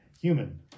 human